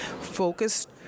focused